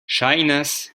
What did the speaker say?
ŝajnas